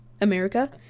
America